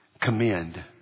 commend